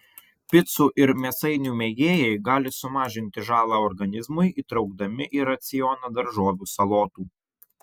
picų ir mėsainių mėgėjai gali sumažinti žalą organizmui įtraukdami į racioną daržovių salotų